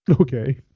Okay